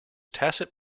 tacit